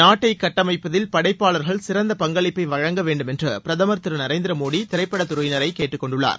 நாட்டை கட்டமைப்பதில் படைப்பாளர்கள் சிறந்த பங்களிப்பை வழங்கவேண்டுமென்று பிரதமா் திரு நரேந்திர மோடி திரைப்படத் துறையினரை கேட்டுக்கொண்டுள்ளார்